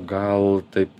gal taip